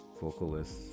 vocalists